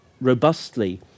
robustly